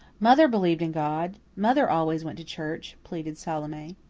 mother believed in god mother always went to church, pleaded salome.